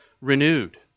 renewed